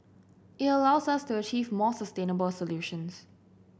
it allows us to achieve more sustainable solutions